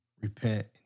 repent